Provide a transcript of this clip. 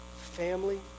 family